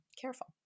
careful